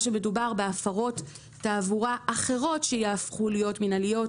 שמדובר בהפרות תעבורה אחרות שיהפכו להיות מינהליות,